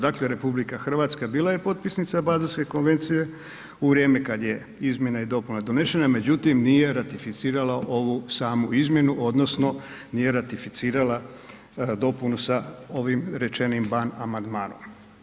Dakle, RH bila je potpisnica Baselske konvencije u vrijeme kad je izmjena i dopuna donešena, međutim, nije ratificirala ovu samu izmjenu odnosno nije ratificirala dopunu sa ovim rečenim ban amandmanom.